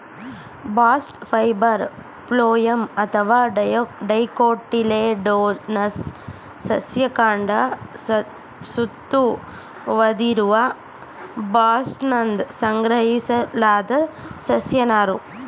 bast fibre phloem ಅಥವಾ dicotyledonous ಸಸ್ಯ ಕಾಂಡ ಸುತ್ತುವರೆದಿರುವ ಬಾಸ್ಟ್ನಿಂದ ಸಂಗ್ರಹಿಸಲಾದ ಸಸ್ಯ ನಾರು